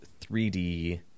3D